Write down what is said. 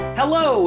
hello